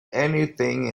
anything